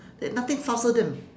they have nothing fuzzle them